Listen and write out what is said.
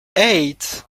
eight